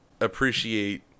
appreciate